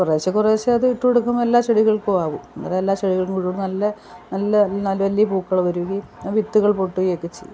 കുറേശ്ശേ കുറേശ്ശേ അതിട്ട് കൊടുക്കുമ്പോൾ എല്ലാ ചെടികൾക്കും ആകും അന്നേരം എല്ലാ ചെടികൾക്കും നല്ല നല്ല വലിയ പൂക്കൾ വരികയും വിത്തുകൾ പൊട്ടുകയൊക്കെ ചെയ്യും